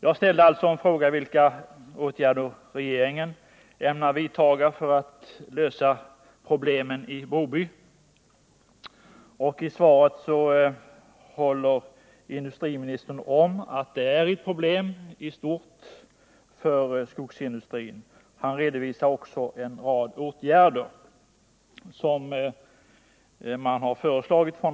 Jag ställde frågan vilka åtgärder regeringen ämnar vidta för att lösa problemen i Broby. I svaret håller industriministern med om att skogsindustrin i stort har stora bekymmer. Han redovisar också en rad åtgärder som regeringen har föreslagit.